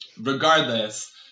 regardless